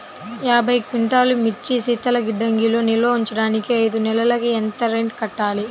యాభై క్వింటాల్లు మిర్చి శీతల గిడ్డంగిలో నిల్వ ఉంచటానికి ఐదు నెలలకి ఎంత రెంట్ కట్టాలి?